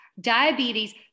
diabetes